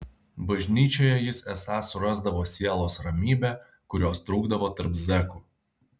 bažnyčioje jis esą surasdavo sielos ramybę kurios trūkdavo tarp zekų